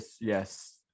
Yes